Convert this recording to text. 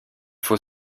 faut